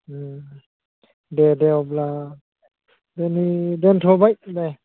ओं दे दे अब्ला दिनै दोनथ'बाय दे